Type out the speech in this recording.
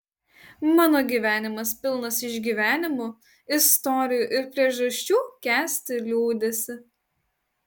mano gyvenimas pilnas išgyvenimų istorijų ir priežasčių kęsti liūdesį